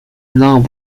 known